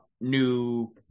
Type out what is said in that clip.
new